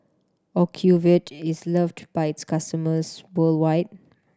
ocuvite is loved by its customers worldwide